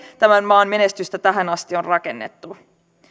tämän maan menestystä tähän asti on rakennettu